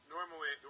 Normally